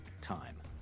time